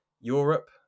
Europe